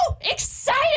excited